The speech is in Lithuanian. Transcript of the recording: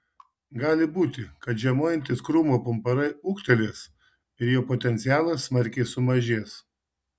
gali būti kad žiemojantys krūmo pumpurai ūgtelės ir jo potencialas smarkiai sumažės